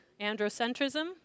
androcentrism